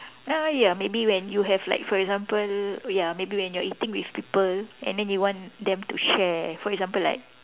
ah ya maybe when you have like for example ya maybe when you are eating with people and then you want them to share for example like